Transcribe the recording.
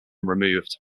removed